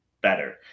better